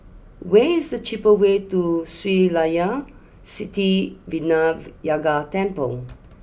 where is the cheapest way to Sri Layan Sithi Vinayagar Temple